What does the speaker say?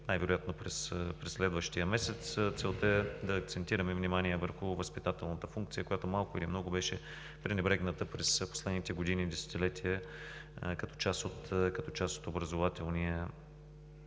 най-вероятно през следващия месец. Целта е да акцентираме внимание върху възпитателната функция, която малко или много беше пренебрегната през последните години и десетилетия, като част от образователния